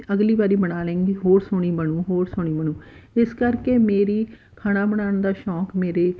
ਅਗਲੀ ਵਾਰੀ ਬਣਾ ਲੇਂਗੀ ਹੋਰ ਸੋਹਣੀ ਬਣੂ ਹੋਰ ਸੋਹਣੀ ਬਣੂ ਇਸ ਕਰਕੇ ਮੇਰੀ ਖਾਣਾ ਬਣਾਉਣ ਦਾ ਸ਼ੌਂਕ ਮੇਰੇ